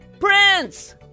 Prince